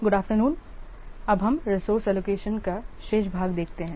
good noon अब हम resource allocation का शेष भाग देखते हैं